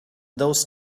those